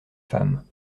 femmes